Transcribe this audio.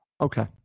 Okay